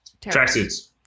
Tracksuits